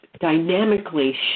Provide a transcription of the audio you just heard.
dynamically